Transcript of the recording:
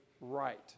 right